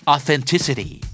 Authenticity